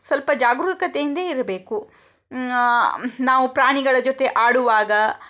ಸ್ವಲ್ಪ ಜಾಗರೂಕತೆಯಿಂದ ಇರಬೇಕು ನಾವು ಪ್ರಾಣಿಗಳ ಜೊತೆ ಆಡುವಾಗ